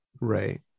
Right